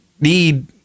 need